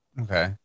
Okay